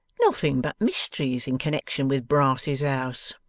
nothing but mysteries in connection with brass's house.